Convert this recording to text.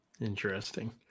Interesting